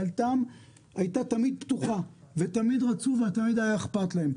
דלתם תמיד הייתה פתוחה והם תמיד רצו ותמיד היה אכפת להם.